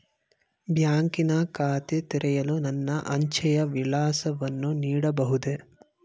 ಬ್ಯಾಂಕಿನ ಖಾತೆ ತೆರೆಯಲು ನನ್ನ ಅಂಚೆಯ ವಿಳಾಸವನ್ನು ನೀಡಬಹುದೇ?